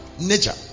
Nature